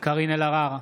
אינו נוכח קארין אלהרר,